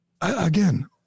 Again